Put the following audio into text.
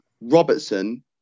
Robertson